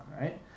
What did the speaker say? right